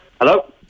Hello